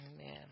amen